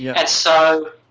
yeah and so,